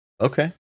okay